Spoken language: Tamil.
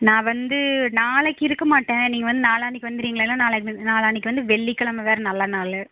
நான் வந்து நாளைக்கு இருக்க மாட்டேன் நீங்கள் வந்து நாளான்னைக்கு வந்துறீங்களா இல்லைனா நாளான்னைக்கு வந்து வெள்ளிக்கிழம வேறு நல்ல நாள்